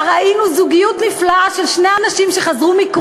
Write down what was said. ראינו זוגיות נפלאה של שני אנשים שחזרו מקרוז.